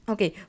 Okay